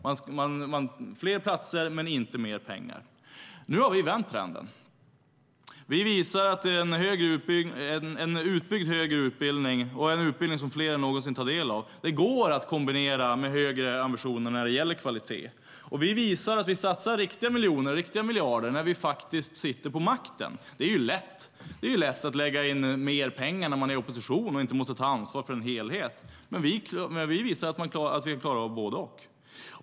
Det var fler platser men inte mer pengar. Nu har vi vänt trenden. Vi visar att en utbyggd högre utbildning och en utbildning som fler än någonsin tar del av går att kombinera med högre ambitioner när det gäller kvalitet. Och vi visar att vi satsar riktiga miljoner och riktiga miljarder när vi faktiskt sitter på makten. Det är lätt att lägga in mer pengar när man är i opposition och inte måste ta ansvar för en helhet. Men vi visar att vi klarar av både och.